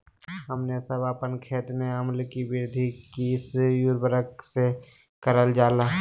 हमने सब अपन खेत में अम्ल कि वृद्धि किस उर्वरक से करलजाला?